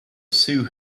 sue